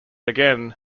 again